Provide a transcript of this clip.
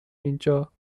اینجا